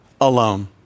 alone